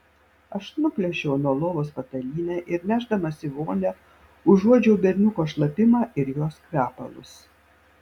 aš nuplėšiau nuo lovos patalynę ir nešdamas į vonią užuodžiau berniuko šlapimą ir jos kvepalus